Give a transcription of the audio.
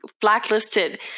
blacklisted